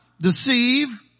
deceive